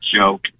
joke